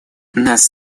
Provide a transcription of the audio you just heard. нас